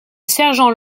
sergent